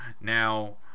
Now